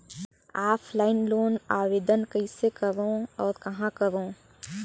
Offline loan आवेदन कइसे करो और कहाँ करो?